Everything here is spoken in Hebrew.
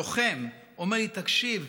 לוחם, אומר לי: תקשיב,